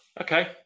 Okay